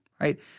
right